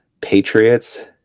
Patriots